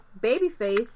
babyface